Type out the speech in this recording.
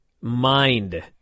mind